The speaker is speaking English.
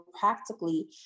practically